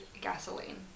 gasoline